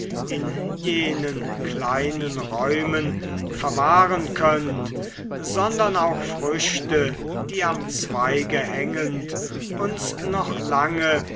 in jenen kleinen räumen verwahren könnt sondern auch früchte die am zweige hängend uns noch lange